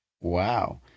wow